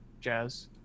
jazz